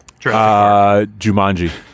Jumanji